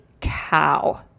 cow